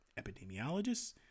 epidemiologists